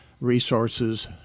Resources